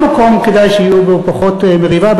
כל מקום כדאי שתהיה בו פחות מריבה.